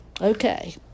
Okay